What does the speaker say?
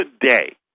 today